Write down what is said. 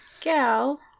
Gal